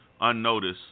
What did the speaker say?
unnoticed